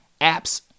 apps